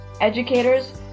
educators